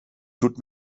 tut